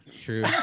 True